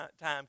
time